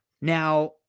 now